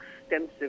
extensive